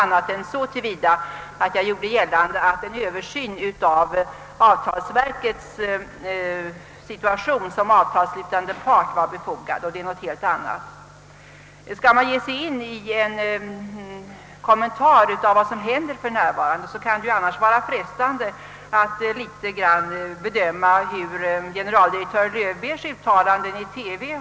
Jag gjorde endast gällande, att en översyn av avtalsverkets ställning som avtalsslutande part var befogad, vilket är någonting helt annat. Skall man göra en kommentar till vad som händer för närvarande, kan det vara frestande att till granskning ta upp generaldirektör Löwbeers uttalande i TV.